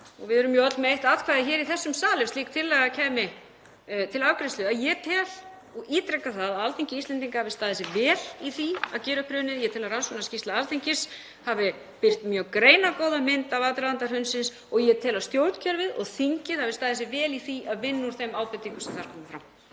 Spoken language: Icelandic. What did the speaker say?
við erum jú öll með eitt atkvæði í þessum sal ef slík tillaga kæmi til afgreiðslu, að ég tel og ítreka það að Alþingi Íslendinga hafi staðið sig vel í því að gera upp hrunið. Ég tel að rannsóknarskýrsla Alþingis hafi birt mjög greinargóða mynd af aðdraganda hrunsins og ég tel að stjórnkerfið og þingið hafi staðið sig vel í því að vinna úr þeim ábendingum sem þar komu fram.